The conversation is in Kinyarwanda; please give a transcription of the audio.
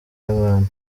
yabantu